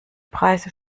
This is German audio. preise